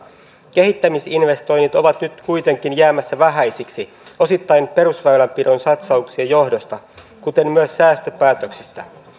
kehittämisinvestoinnit ovat nyt kuitenkin jäämässä vähäisiksi osittain perusväylänpidon satsauksien johdosta kuten myös säästöpäätöksien